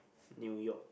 New York